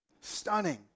Stunning